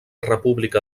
república